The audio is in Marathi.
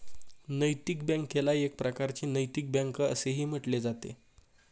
नैतिक बँकेला एक प्रकारची नैतिक बँक असेही म्हटले जाते